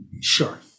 Sure